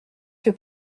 que